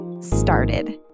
started